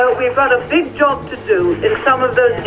ah we've got a big job to do in some of those